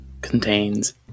contains